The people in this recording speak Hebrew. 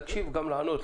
להקשיב אבל גם לענות,